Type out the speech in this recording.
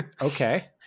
Okay